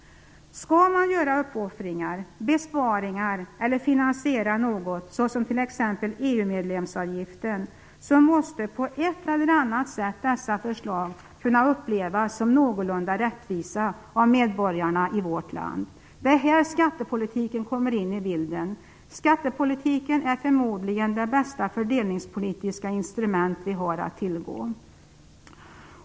Skall man göra uppoffringar, besparingar eller finansiera något, såsom t.ex. EU-medlemsavgiften, så måste dessa förslag på ett eller annat sätt kunna upplevas som någorlunda rättvisa av medborgarna i vårt land. Det är här skattepolitiken kommer in i bilden. Skattepolitiken är förmodligen det bästa fördelningspolitiska instrument vi har att tillgå.